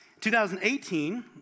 2018